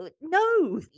No